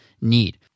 need